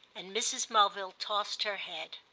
and mrs. mulville tossed her head.